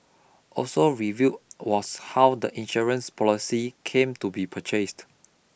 also reveal was how the insurance policy came to be purchased